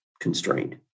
constrained